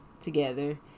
together